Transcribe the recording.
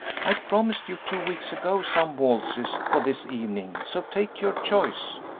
i promised you two weeks ago some waltzes for this evening, so take your choice.